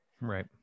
Right